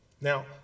Now